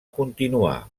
continuar